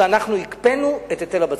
ואנחנו הקפאנו את היטל הבצורת.